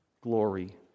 glory